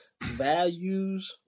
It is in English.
values